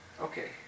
Okay